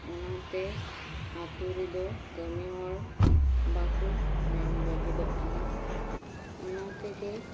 ᱚᱱᱟ ᱛᱮ ᱟᱹᱛᱩ ᱨᱮᱫᱚ ᱠᱟᱹᱢᱤ ᱦᱚᱲ ᱵᱟᱠᱚ ᱧᱟᱢ ᱞᱟᱹᱜᱤᱫᱚᱜ ᱠᱟᱱᱟ ᱚᱱᱟ ᱛᱮᱜᱮ